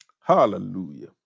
hallelujah